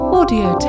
Audio